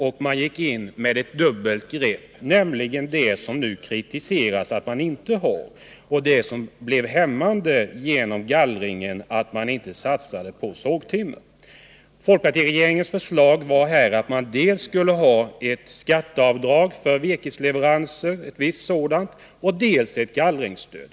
Regeringen gick in med ett dubbelt grepp — det dubbla grepp som regeringen nu kritiseras för att den inte skulle ta, när det anförs att det som hämmades av gallringen var behovet av satsning på sågtimmer. Folkpartiregeringens förslag var att det dels skulle finnas ett visst skatteavdrag för virkesleveranser, dels skulle finnas ett gallringsstöd.